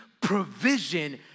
provision